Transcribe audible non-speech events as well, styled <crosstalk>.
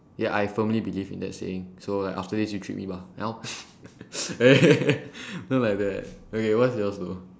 ya I firmly believe in that saying so after this you treat me bah how eh <laughs> don't like that okay what's yours though